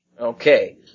Okay